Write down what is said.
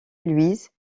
louise